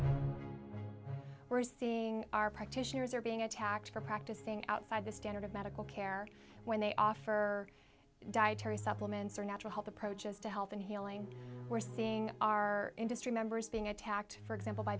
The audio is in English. we're seeing our practitioners are being attacked for practicing outside the standard of medical care when they offer dietary supplements or natural health approaches to health and healing we're seeing our industry members being attacked for example by